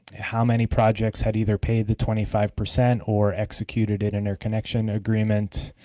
how many projects had either paid the twenty five percent or executed an interconnection agreement.